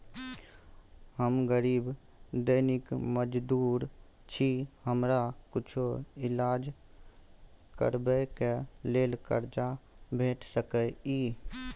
हम गरीब दैनिक मजदूर छी, हमरा कुछो ईलाज करबै के लेल कर्जा भेट सकै इ?